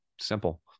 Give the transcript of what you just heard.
simple